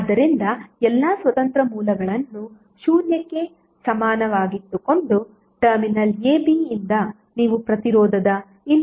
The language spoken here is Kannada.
ಆದ್ದರಿಂದ ಎಲ್ಲಾ ಸ್ವತಂತ್ರ ಮೂಲಗಳನ್ನು ಶೂನ್ಯಕ್ಕೆ ಸಮನಾಗಿಟ್ಟುಕೊಂಡು ಟರ್ಮಿನಲ್ a b ಯಿಂದ ನೀವು ಪ್ರತಿರೋಧದ ಇನ್ಪುಟ್ ಅನ್ನು ನೋಡುತ್ತೀರಿ